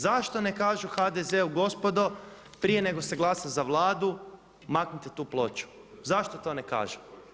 Zašto ne kažu HDZ-u gospodo prije nego se glasa za Vladu maknite tu ploču, zašto to ne kažu?